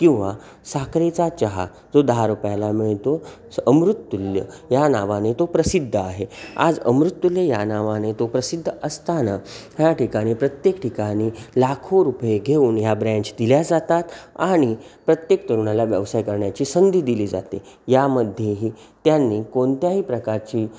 किंवा साखरेचा चहा जो दहा रुपयाला मिळतो अमृततुल्य ह्या नावाने तो प्रसिद्ध आहे आज अमृततुल्य ह्या नावाने तो प्रसिद्ध असताना ह्या ठिकाणी प्रत्येक ठिकाणी लाखो रुपये घेऊन ह्या ब्रँच दिल्या जातात आणि प्रत्येक तरुणाला व्यवसाय करण्याची संधी दिली जाते यामध्येही त्यांनी कोणत्याही प्रकारची